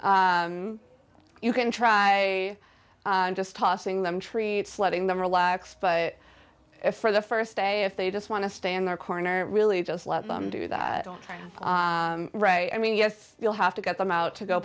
w you can try just tossing them treats letting them relax but for the st day if they just want to stay in their corner really just let them do that all right i mean yes you'll have to get them out to go